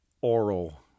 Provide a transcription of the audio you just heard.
oral